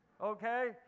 Okay